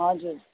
हजुर